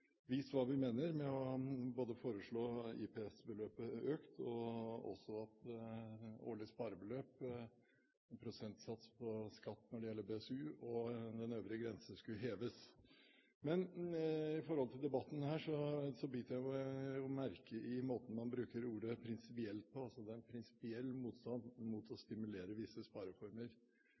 hva vi mener ved å foreslå IPS-beløpet økt, og at den øvre grense for årlig sparebeløp og prosentsats på skatt når det gjelder BSU, skulle heves. Når det gjelder denne debatten, biter jeg meg merke i måten man bruker ordet «prinsipiell» på, at det er en prinsipiell motstand mot å stimulere visse spareformer.